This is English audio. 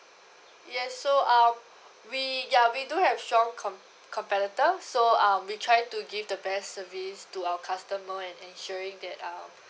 yes so um we ya we do have strong com~ competitor so uh we try to give the best service to our customer and ensuring that uh